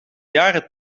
jaren